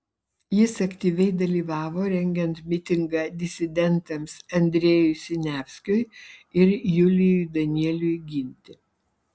jis aktyviai dalyvavo rengiant mitingą disidentams andrejui siniavskiui ir julijui danieliui ginti